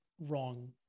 wrong